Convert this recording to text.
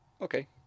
Okay